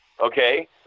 Okay